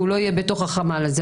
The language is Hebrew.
שלא יהיה בתוך החמ"ל הזה.